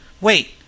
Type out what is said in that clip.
Wait